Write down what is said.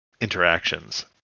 interactions